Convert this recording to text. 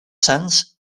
sants